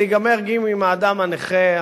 זה ייגמר עם האדם הנכה,